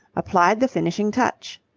applied the finishing touch.